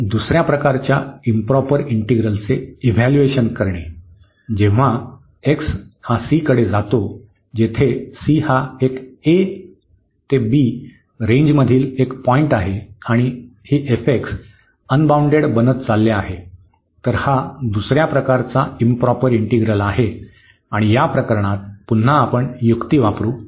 तर दुसर्या प्रकारच्या इंप्रॉपर इंटीग्रलचे इव्हॅल्यूएशन करणे जेव्हा x हा c कडे जातो जेथे c हा एक a ते b रेंजमधील एक पॉईंट आहे आणि ही अनबाउंडेड बनत चालले आहे तर हा दुसर्या प्रकारचा इंप्रॉपर इंटिग्रल आहे आणि या प्रकरणात पुन्हा आपण युक्ती वापरू